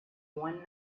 one